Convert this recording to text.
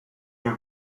you